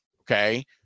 okay